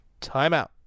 timeout